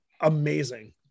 amazing